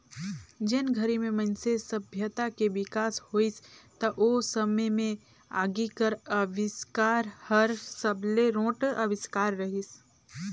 जेन घरी में मइनसे सभ्यता के बिकास होइस त ओ समे में आगी कर अबिस्कार हर सबले रोंट अविस्कार रहीस